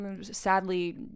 sadly